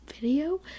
video